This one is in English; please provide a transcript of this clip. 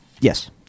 yes